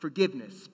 Forgiveness